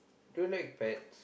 do you like pets